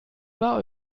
war